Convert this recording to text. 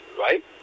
right